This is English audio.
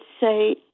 say